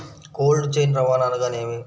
Cold chain రవాణా అనగా నేమి?